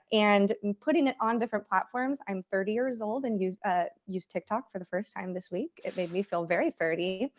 and i'm putting it on different platforms. i'm thirty years old and used ah used tiktok for the first time this week. it made me feel very thirty.